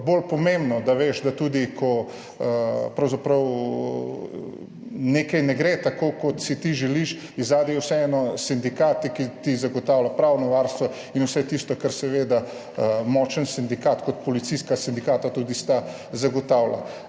bolj pomembno, da veš, da tudi, ko pravzaprav nekaj ne gre tako, kot si ti želiš, je zadaj vseeno sindikat, ki ti zagotavlja pravno varstvo in vse tisto, kar seveda močan sindikat, kot sta policijska sindikata, tudi zagotavlja.